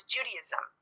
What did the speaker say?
Judaism